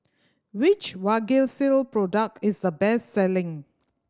which Vagisil product is the best selling